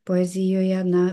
poezijoje na